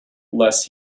less